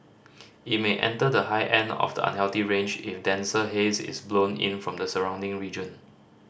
it may enter the high end of the unhealthy range if denser haze is blown in from the surrounding region